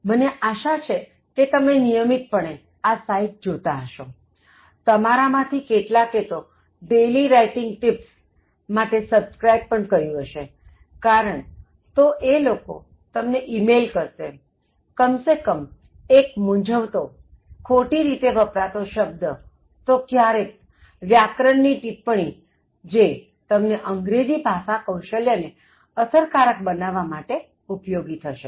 મને આશા છે કે તમે નિયમિતપણે આ સાઇટ જોતા હશોતમારા માં થી કેટલાકે daily writing tips માટે સબસ્ક્રાઇબ પણ કર્યું હશેકારણ તો એ લોકો તમને email કરશે કમ સે કમ એક મૂંઝવતો ખોટી રીતે વપરાતો શબ્દ તો ક્યારેક વ્યાકરણ ની ટિપ્પણી જે તમને અંગ્રેજી ભાષા કૌશલ્ય ને અસરકારક બનાવવામાં ઉપયોગી થશે